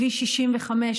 כביש 65,